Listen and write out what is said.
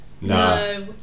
no